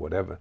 whatever